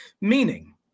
Meaning